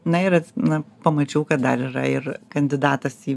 na ir na pamačiau kad dar yra ir kandidatas į